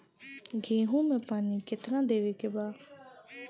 गेहूँ मे पानी कितनादेवे के बा?